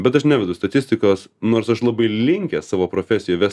bet aš nevedu statistikos nors aš labai linkęs savo profesijoj vest